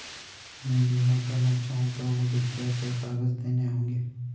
मैं बीमा करना चाहूं तो मुझे क्या क्या कागज़ देने होंगे?